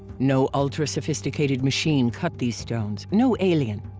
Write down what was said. no ultra-sophisticated machine cut these stones, no alien,